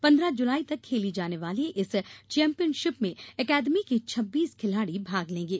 पन्द्रह जुलाई तक खेली जाने वाली इस चैम्पियनशिप में अकादमी के छब्बीस खिलाड़ी भाग लेंगे